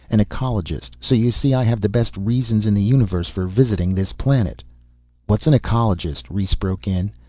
an ecologist, so you see i have the best reasons in the universe for visiting this planet what is an ecologist? rhes broke in.